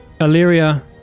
Illyria